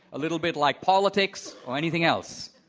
a little bit like politics or anything else.